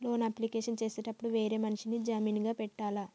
Loan application చేసేటప్పుడు వేరే మనిషిని జామీన్ గా పెట్టాల్నా?